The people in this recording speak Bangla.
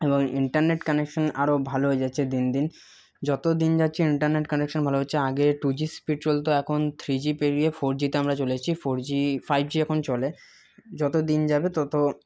এবং ইন্টারনেট কানেকশান আরও ভালো হয়ে যাচ্ছে দিন দিন যতদিন যাচ্ছে ইন্টারনেট কানেকশান ভালো হচ্ছে আগে টু জি স্পিড চলত এখন থ্রি জি পেরিয়ে ফোর জিতে আমরা চলে এসছি ফোর জি ফাইভ জি এখন চলে যত দিন যাবে তত